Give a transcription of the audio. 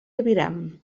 aviram